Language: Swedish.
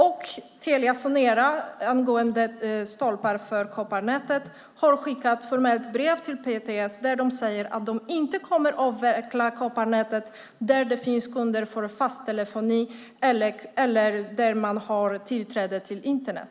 När det gäller stolpar för kopparnätet har Telia Sonera skickat ett formellt brev till PTS där de säger att de inte kommer att avveckla kopparnätet där det finns kunder för fast telefoni eller där man inte har tillgång till Internet.